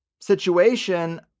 situation